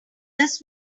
this